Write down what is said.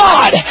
God